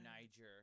Niger